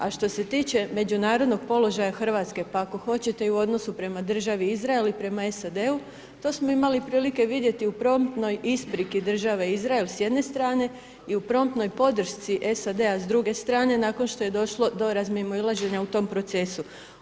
A što se tiče međunarodnog položaja RH, pa ako hoćete i u odnosu prema državi Izrael i prema SAD-u, to smo imali prilike vidjeti u promptnoj ispriki države Izrael s jedne strane i u promptnoj podršci SAD-a s druge strane, nakon što je došlo do razmimoilaženja u tom procesu.